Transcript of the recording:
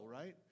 right